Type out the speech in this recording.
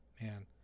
man